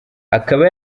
akaba